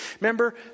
Remember